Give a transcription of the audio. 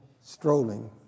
strolling